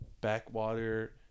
backwater